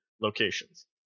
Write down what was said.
locations